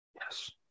Yes